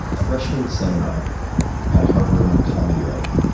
freshman seminar at harvard on comedy writing,